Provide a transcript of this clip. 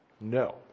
No